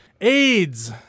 AIDS